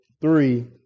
three